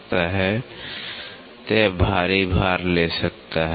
तो यह भारी भार ले सकता है